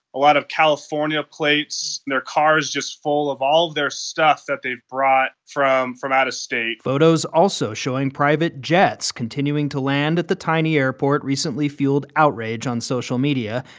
a lot of california plates, their cars just full of all of their stuff that they've brought from from out of state photos also showing private jets continuing to land at the tiny airport recently fueled outrage on social media,